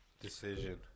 Decision